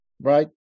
right